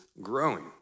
growing